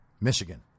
Michigan